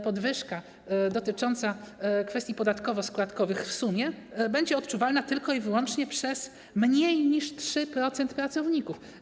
Podwyżka dotycząca kwestii podatkowo-składkowych w sumie będzie odczuwalna tylko i wyłącznie przez mniej niż 3% pracowników.